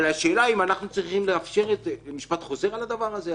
אבל השאלה היא אם אנחנו צריכים לאפשר משפט חוזר על הדבר הזה.